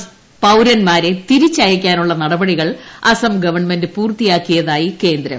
ഏഴ് മ്യാൻമാർ പൌരന്മാരെ തിരിച്ചയക്കാനുള്ള നടപടികൾ അസം ഗവൺമെന്റ് പൂർത്തിയാക്കിയതായി കേന്ദ്രം